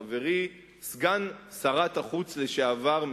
חברי סגן שרת החוץ לשעבר,